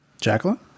Jacqueline